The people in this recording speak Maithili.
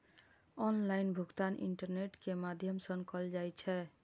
ऑनलाइन भुगतान इंटरनेट के माध्यम सं कैल जाइ छै